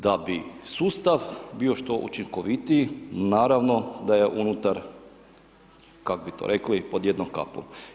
Da bi sustav bio što učinkovitiji, naravno da je unutar kako bi to rekli, pod jednom kapom.